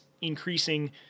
increasing